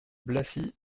blacy